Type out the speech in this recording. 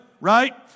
Right